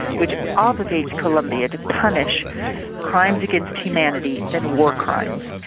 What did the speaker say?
which obligates colombia to punish crimes against humanity and war crimes.